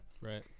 Right